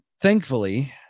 Thankfully